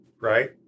Right